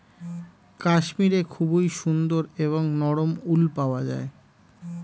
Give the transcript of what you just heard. কাশ্মীরে খুবই সুন্দর এবং নরম উল পাওয়া যায়